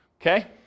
Okay